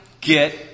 get